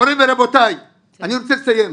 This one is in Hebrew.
מוריי ורבותיי, אני רוצה לסיים.